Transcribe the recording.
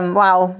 wow